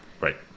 Right